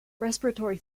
respiratory